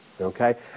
okay